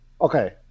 Okay